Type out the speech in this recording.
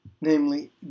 namely